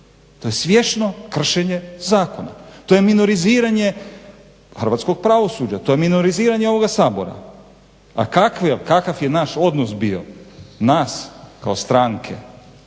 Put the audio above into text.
To je svjesno kršenje zakona. To je minoriziranje Hrvatskog pravosuđa, to je minoriziranje ovoga Sabora, a kakav je naš odnos bio, nas kao stranke.